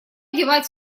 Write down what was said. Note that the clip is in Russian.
девать